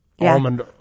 almond